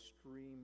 stream